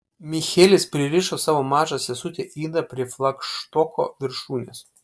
michelis pririšo savo mažą sesutę idą prie flagštoko viršūnės